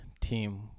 team